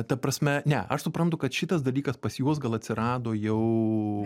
ta prasme ne aš suprantu kad šitas dalykas pas juos gal atsirado jau